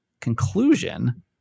conclusion